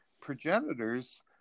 progenitors